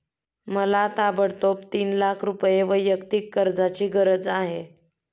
मला ताबडतोब तीन लाख रुपये वैयक्तिक कर्जाची गरज आहे